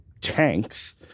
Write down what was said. tanks